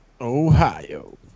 Ohio